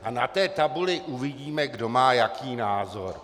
A na té tabuli uvidíme, kdo má jaký názor.